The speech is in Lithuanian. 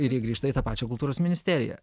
ir jie grįžta į tą pačią kultūros ministeriją